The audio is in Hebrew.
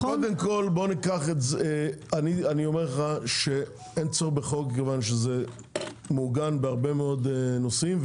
--- אני אומר לך שאין צורך בחוק כיוון שזה מעוגן בהרבה מאוד נושאים,